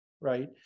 right